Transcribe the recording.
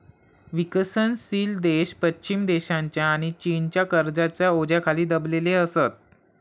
विकसनशील देश पश्चिम देशांच्या आणि चीनच्या कर्जाच्या ओझ्याखाली दबलेले असत